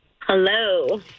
Hello